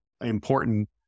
important